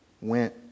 went